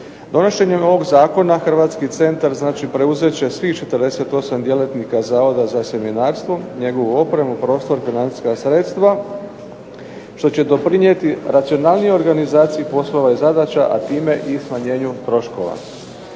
Donošenjem ovog zakona hrvatski centar preuzet će svih 48 djelatnika Zavoda za sjemenarstvo, njegovu opremu, prostor, financijska sredstva što će doprinijeti racionalnijoj organizaciji poslova i zadaće, a time i smanjenju troškova.